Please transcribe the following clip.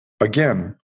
again